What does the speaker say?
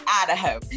Idaho